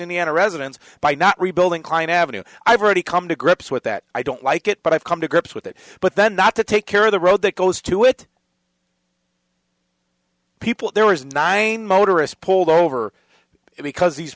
indiana residents by not rebuilding klein avenue i've already come to grips with that i don't like it but i've come to grips with it but then not to take care of the road that goes to it people there is nine motorists pulled over because these